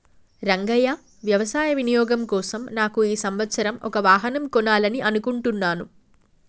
రంగయ్య వ్యవసాయ వినియోగం కోసం నాకు ఈ సంవత్సరం ఒక వాహనం కొనాలని అనుకుంటున్నాను